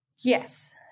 Yes